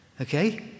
okay